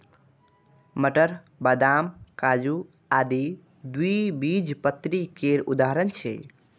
मटर, बदाम, काजू आदि द्विबीजपत्री केर उदाहरण छियै